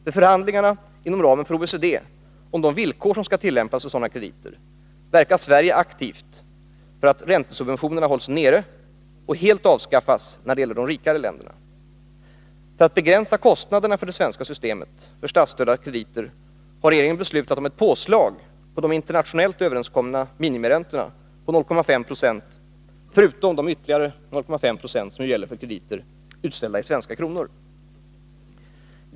Vid förhandlingarna inom ramen för OECD om de villkor som skall tillämpas för sådana krediter verkar Sverige aktivt för att räntesubventionerna hålls nere och, när det gäller de rikare länderna, helt avskaffas. För att begränsa kostnaderna för det svenska systemet för statsstödda krediter har regeringen beslutat om ett påslag på de internationellt överenskomna minimiräntorna på 0,5 96, förutom de ytterligare 0,5 2 som gäller för krediter utställda i svenska kronor.